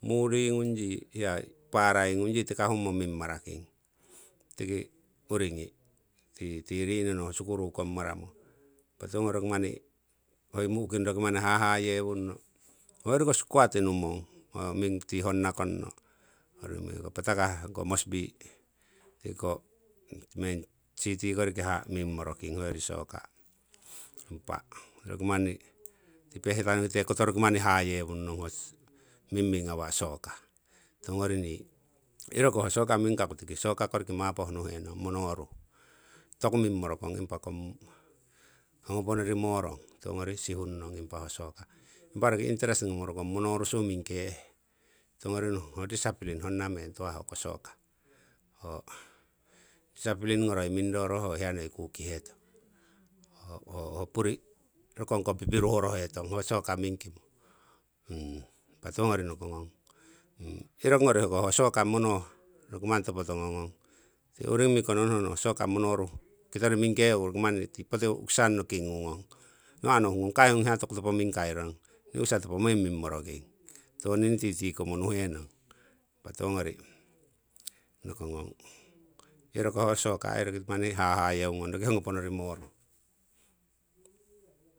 Muri ngung yi hiya parai ngung tikahamo mingmara king, tiki uringi tii rinono ho skul komimaramo. Impa tiwongori roki manni hoi mu'king roki mani hahahewunno, hoyoriko squad numong, ti honna kongno patakah tiko moresby, tiko main city koriki ming moroking hoyori soccer. Impa roki manni pehkita nokike roki manni hayewung nong mingming awa' soccer. Tiwongori nii iro ko ho soccer mingkaku tiki soccer koriki mapoh nuhenong monoruh, toku mingmoro kong impa hongoponori morong tungori sihung nong impa ho soccer. Impa roki interest ngomorokong monorusu mingke'he. Tiwongori nohungong discipline honna meng tuhah ho soccer, discipline ngoroi mingroro ho hiya nei kukihetong. Ho puri rokong ko puri pipiruho toworohetong, impa tungori noko ngong irong ngori hoko soccer monoh mani ho topo tongo ngong, ti poti u'kisangno kingungong, kai ong hiya toku topo mingkai rong ni u'kisa topo meng mingmoroking tiwoning titi komo nuhe nong. Tiwongori nokongong iroko soccer ho rokimani hahayeu ngong ho roki hongoponorimo rong